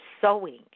sewing